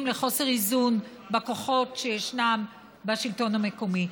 לחוסר איזון בכוחות שישנם בשלטון המקומי.